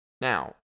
Now